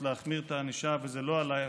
להחמיר את הענישה וזה לא עלה יפה.